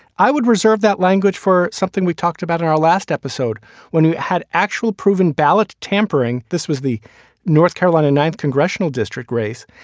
i would reserve that language for something we talked about in our last episode when it had actual proven ballot tampering. this was the north carolina ninth congressional district race.